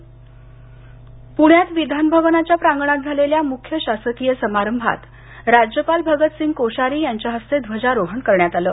प्रणे स्वातंत्र्यदिन पुण्यात विधान भवनाच्या प्रांगणात झालेल्या मुख्य शासकीय समारंभात राज्यपाल भगतसिंह कोश्यारी यांच्या हस्ते ध्वजारोहण करण्यात आलं